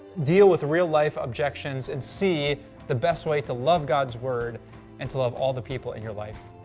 deal with real life objections, and see the best way to love god's word and to love all the people in your life.